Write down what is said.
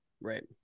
Right